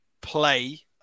play